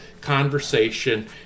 conversation